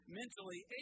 mentally